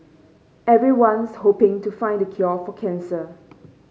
everyone's hoping to find the cure for cancer